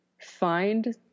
find